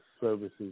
services